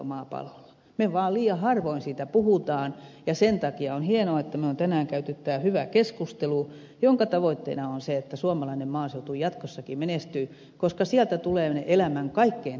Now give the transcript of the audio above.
me vaan liian harvoin siitä puhumme ja sen takia on hienoa että me olemme tänään käyneet tämän hyvän keskustelun jonka tavoitteena on se että suomalainen maaseutu jatkossakin menestyy koska sieltä tulevat ne elämän kaikkein tärkeimmät tarpeet